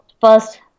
first